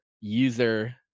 user